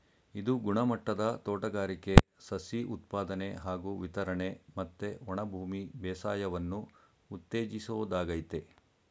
ಇದು ಗುಣಮಟ್ಟದ ತೋಟಗಾರಿಕೆ ಸಸಿ ಉತ್ಪಾದನೆ ಹಾಗೂ ವಿತರಣೆ ಮತ್ತೆ ಒಣಭೂಮಿ ಬೇಸಾಯವನ್ನು ಉತ್ತೇಜಿಸೋದಾಗಯ್ತೆ